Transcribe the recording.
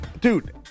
Dude